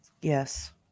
yes